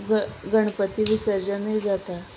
गणपती विसर्जनूय जाता